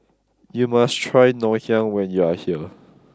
you must try Ngoh hiang when you are here